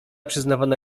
przyznawana